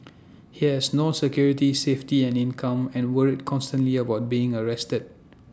he has no security safety and income and worried constantly about being arrested